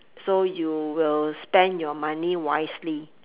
so you will spend your money wisely